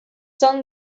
son